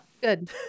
good